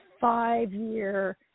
five-year